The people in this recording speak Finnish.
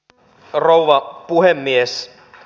arvoisa rouva puhemies